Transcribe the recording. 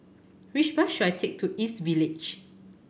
which bus should I take to East Village